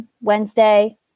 Wednesday